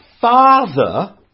father